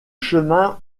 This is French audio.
chemin